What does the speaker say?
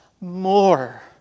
more